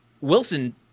Wilson